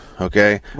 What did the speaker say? Okay